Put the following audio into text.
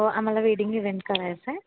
आम्हाला wedding event करायचा आहे